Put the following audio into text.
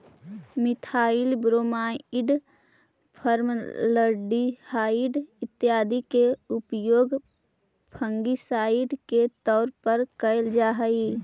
methyl bromide, formaldehyde इत्यादि के उपयोग फंगिसाइड के तौर पर कैल जा हई